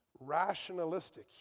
Rationalistic